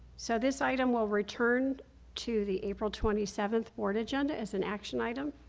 so this item will return to the april twenty seven board agenda as an action item